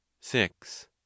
six